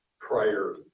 prior